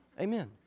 Amen